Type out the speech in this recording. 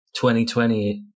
2020